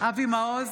אבי מעוז,